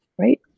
right